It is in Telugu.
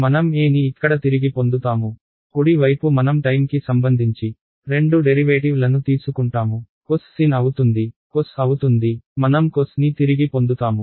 మనం E ని ఇక్కడ తిరిగి పొందుతాము కుడి వైపు మనం టైమ్ కి సంబంధించి రెండు డెరివేటివ్ లను తీసుకుంటాము cos sin అవుతుంది cos అవుతుంది మనం cos ని తిరిగి పొందుతాము